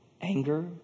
anger